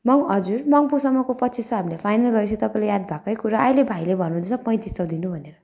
मङ् हजुर मङ्पूसम्मको पच्चिस सौ हामीले फाइनल गरेपछि तपाईँलाई याद भएकै कुरा अहिले भाइले भन्नुहुँदेछ पैँतिस सौ दिनु भनेर